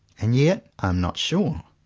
and yet i am not sure.